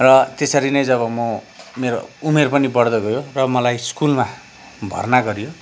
र त्यसरी नै जब म मेरो उमेर पनि बढ्दै गयो र मलाई स्कुलमा भर्ना गरियो